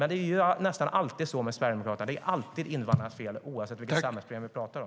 Men det är ju nästan alltid så med Sverigedemokraterna. Det är alltid invandrarnas fel, oavsett vilket samhällsproblem vi pratar om.